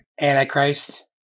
Antichrist